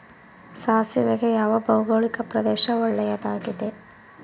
ಸಾಸಿವೆಗೆ ಯಾವ ಭೌಗೋಳಿಕ ಪ್ರದೇಶ ಒಳ್ಳೆಯದಾಗಿದೆ?